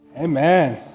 Amen